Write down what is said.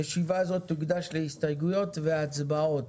ישיבה זו תוקדש להסתייגויות והצבעות.